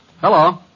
Hello